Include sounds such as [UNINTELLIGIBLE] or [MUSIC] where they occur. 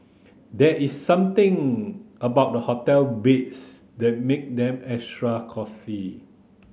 there is something about the hotel [UNINTELLIGIBLE] that make them extra cosy